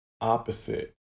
opposite